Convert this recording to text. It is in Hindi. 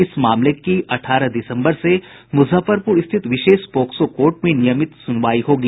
इस मामले की अठारह दिसम्बर से मुजफ्फरपुर स्थित विशेष पोक्सो कोर्ट में नियमित सुनवाई होगी